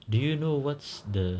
do you know what's the